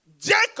Jacob